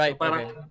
Right